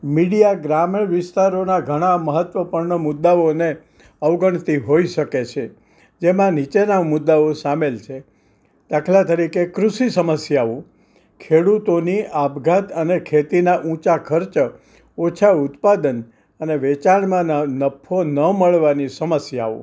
media ગ્રામીણ વિસ્તારોના ઘણા મહત્ત્વપૂર્ણ મુદ્દાઓને અવગણતી હોઈ શકે છે જેમાં નીચેના મુદ્દાઓ સામેલ છે દાખલા તરીકે કૃષિ સમસ્યાઓ ખેડૂતોની આપઘાત અને ખેતીના ઊંચા ખર્ચ ઓછા ઉત્પાદન અને વેચાણમાં ન નફો ન મળવાની સમસ્યાઓ